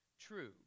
true